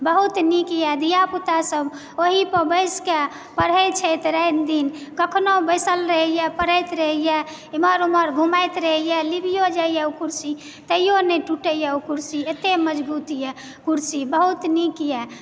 बहुत नीकए धियापुतासभ ओहिपर बेसिके पढ़ैत छै रातिदिन कखनहुँ बसिल रहयए पढ़ैत रहयए एम्हर ओम्हर घुमैत रहयए लिबियो जाइए ओ कुर्सी तहिऔ नहि टूटयए ओ कुर्सी एतय मजबूतए कुर्सी बहुत नीकए